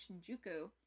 Shinjuku